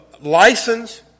license